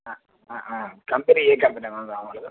company ఏ company మేమ్ కావాలి